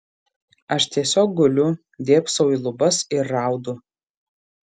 aš tiesiog guliu dėbsau į lubas ir raudu